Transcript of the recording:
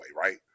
right